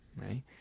right